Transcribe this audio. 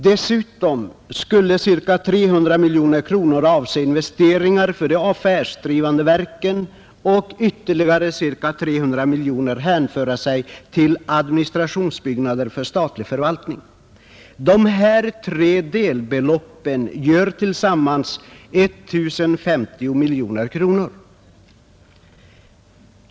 Dessutom skulle ca 300 miljoner kronor avse investeringar för de affärsdrivande verken och ytterligare ca 300 miljoner hänföra sig till administrationsbyggnader för statlig förvaltning. De här tre delbeloppen gör tillsammans 1 050 miljoner kronor.